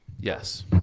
Yes